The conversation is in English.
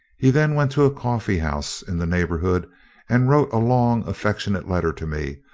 he then went to a coffee-house in the neighbourhood and wrote a long affectionate letter to me,